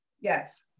Yes